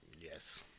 Yes